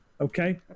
Okay